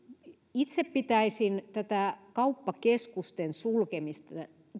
itse pitäisin kauppakeskusten sulkemista